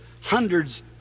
hundreds